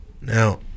now